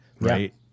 right